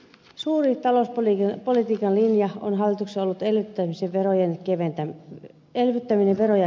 suuri talouspolitiikan linja on hallituksessa ollut elvyttäminen veroja keventämällä